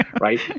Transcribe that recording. right